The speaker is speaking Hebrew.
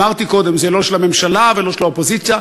אמרתי קודם: זה לא של הממשלה ולא של האופוזיציה,